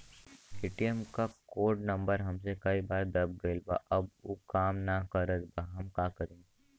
ATM क code number हमसे कई बार दब गईल बा अब उ काम ना करत बा हम का करी?